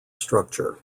structure